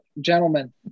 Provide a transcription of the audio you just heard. gentlemen